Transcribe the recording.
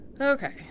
okay